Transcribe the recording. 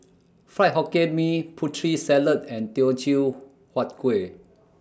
Fried Hokkien Mee Putri Salad and Teochew Huat Kuih